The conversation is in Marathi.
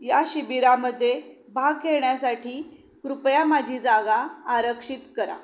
या शिबिरामद्दे भाग घेण्यासाठी कृपया माझी जागा आरक्षित करा